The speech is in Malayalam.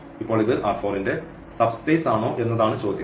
ഇപ്പോൾ ഇത് ന്റെ സബ്സ്പേസ് ആണോ എന്നതാണ് ചോദ്യം